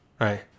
Right